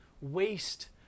waste